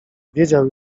wiedział